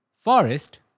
Forest